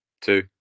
Two